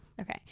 Okay